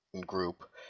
group